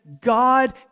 God